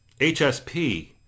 HSP